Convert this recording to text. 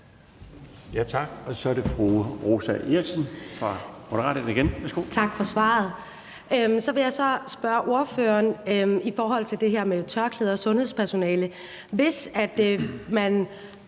Tak for svaret. Så vil jeg spørge ordføreren om det her med tørklæder og sundhedspersonale. Hvis man